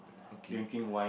okay